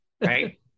right